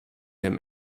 him